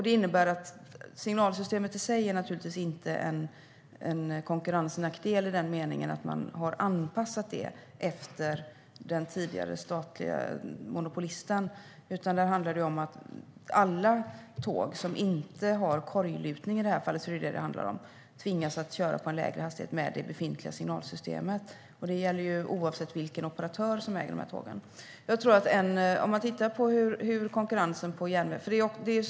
Det innebär att signalsystemet i sig naturligtvis inte är en konkurrensnackdel i den meningen att det skulle ha anpassats efter den tidigare statliga monopolisten. Det handlar om att alla tåg som inte har korglutning, som det i det här fallet handlar om, med det befintliga signalsystemet tvingas köra med lägre hastighet. Det gäller oavsett vilken operatör som äger tågen.